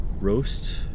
roast